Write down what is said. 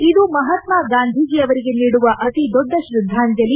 ಇದು ಮಹಾತ್ಮಾ ಗಾಂಧಿಜೀ ಅವರಿಗೆ ನೀಡುವ ಅತಿ ದೊಡ್ಡ ತ್ರದ್ದಾಂಜಲಿ